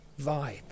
vibe